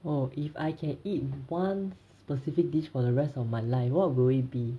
oh if I can eat one specific dish for the rest of my life what will it be